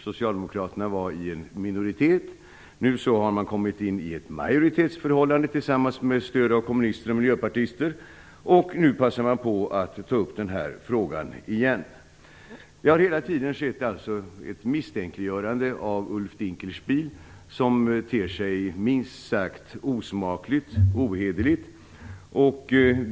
Socialdemokraterna var i minoritet. Nu har man med stöd av kommunister och miljöpartister kommit in i ett majoritetsförhållande och passar på att ta upp den här frågan igen. Det har hela tiden skett ett misstänkliggörande av Ulf Dinkelspiel som ter sig minst sagt osmakligt och ohederligt.